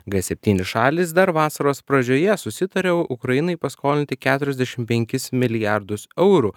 g septyni šalys dar vasaros pradžioje susitarė ukrainai paskolinti keturiasdešim penkis milijardus eurų